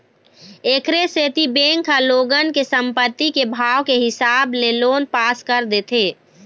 एखरे सेती बेंक ह लोगन के संपत्ति के भाव के हिसाब ले लोन पास कर देथे